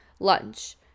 Lunch